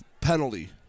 penalty